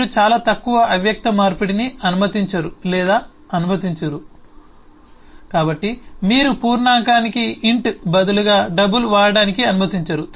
మీరు చాలా తక్కువ అవ్యక్త మార్పిడిని అనుమతించరు లేదా అనుమతించరు కాబట్టి మీరు పూర్ణాంకానికి బదులుగా డబుల్ వాడటానికి అనుమతించరు